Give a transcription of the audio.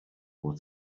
what